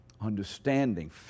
understanding